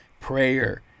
prayer